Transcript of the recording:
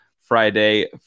Friday